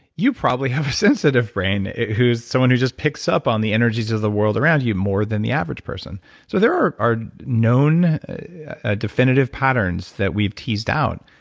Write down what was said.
you probably have a sensitive brain, someone who just picks up on the energies of the world around you more than the average person so there are are known definitive patterns that we've teased out.